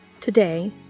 Today